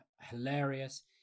hilarious